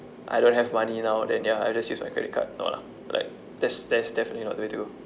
I don't have money now then ya I'll just use my credit card no lah like that's that's definitely not the way to go